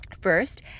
First